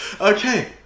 okay